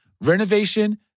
renovation